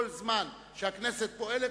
כל זמן שהכנסת פועלת,